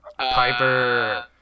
Piper